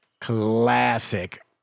Classic